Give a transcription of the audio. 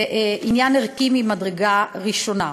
והוא עניין ערכי ממדרגה ראשונה.